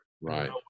Right